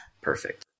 Perfect